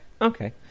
okay